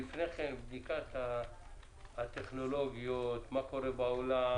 לפני כן, בדיקת הטכנולוגיות, מה קורה בעולם